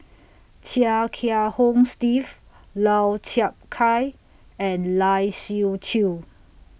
Chia Kiah Hong Steve Lau Chiap Khai and Lai Siu Chiu